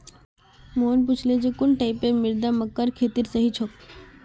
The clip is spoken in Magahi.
मोहन पूछले जे कुन टाइपेर मृदा मक्कार खेतीर सही छोक?